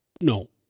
no